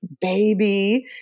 baby